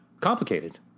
complicated